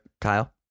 Kyle